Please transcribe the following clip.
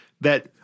that-